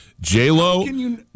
J-Lo